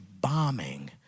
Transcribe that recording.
bombing